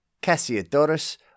Cassiodorus